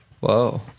Whoa